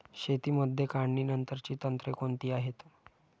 शेतीमध्ये काढणीनंतरची तंत्रे कोणती आहेत?